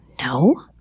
no